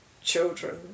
children